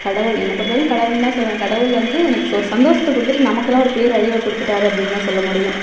கடவுள் என்னை பொறுத்தவரைக்கும் கடவுள்தான் சொல்வேன் கடவுள் வந்து உனக்கு ஒரு சந்தோஷத்த கொடுத்துட்டு நமக்கெல்லாம் ஒரு பேரழிவை கொடுத்துட்டாரு அப்படின்தான் சொல்ல முடியும்